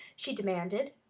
she demanded.